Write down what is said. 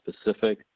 specific